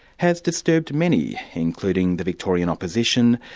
has disturbed many, including the victorian opposition,